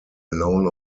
alone